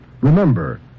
remember